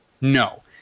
No